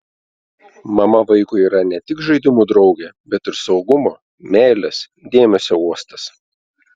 mama vaikui yra ne tik žaidimų draugė bet ir saugumo meilės dėmesio uostas